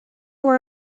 were